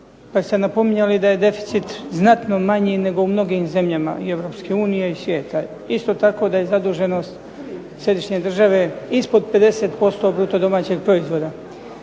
Kad ste napominjali da je deficit znatno manji nego u mnogim zemljama i Europske unije i svijeta. Isto tako da je zaduženost središnje države ispod 50% bruto domaćeg proizvoda.